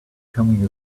becoming